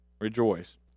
rejoice